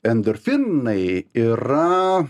endorfinai yra